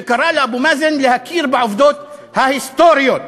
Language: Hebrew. וקרא לאבו מאזן להכיר בעובדות ההיסטוריות.